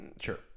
Sure